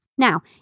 Now